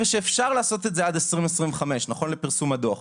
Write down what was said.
אפשר לעשות את זה עד 2025 נכון לפרסום הדו"ח.